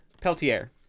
Peltier